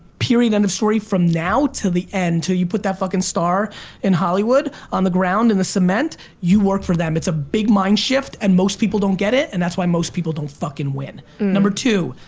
period, end of story, from now till the end, till you put that fuckin' star in hollywood on the ground in the cement. you work for them. it's a big mind shift, and most people don't get it. and that's why most people don't fuckin' win. number two,